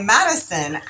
Madison